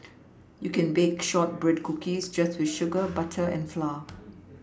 you can bake shortbread cookies just with sugar butter and flour